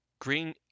Green